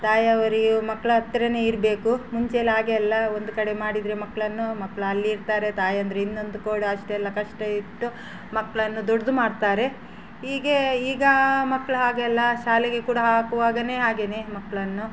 ತಾಯಿಯವರು ಇವು ಮಕ್ಳ ಹತ್ರವೆ ಇರಬೇಕು ಮುಂಚೆಲ್ಲ ಹಾಗೆ ಅಲ್ಲ ಒಂದು ಕಡೆ ಮಾಡಿದರೆ ಮಕ್ಕಳನ್ನು ಮಕ್ಳು ಅಲ್ಲಿರ್ತಾರೆ ತಾಯಂದಿರು ಇನ್ನೊಂದು ಕೂಡೆ ಅಷ್ಟೆಲ್ಲ ಕಷ್ಟ ಇತ್ತು ಮಕ್ಕಳನ್ನು ದೊಡ್ಡದು ಮಾಡ್ತಾರೆ ಈಗ ಈಗ ಮಕ್ಳು ಹಾಗಲ್ಲ ಶಾಲೆಗೆ ಕೂಡ ಹಾಕುವಾಗಲೇ ಹಾಗೆ ಮಕ್ಕಳನ್ನು